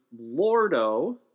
lordo